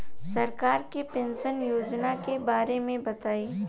सरकार के पेंशन योजना के बारे में बताईं?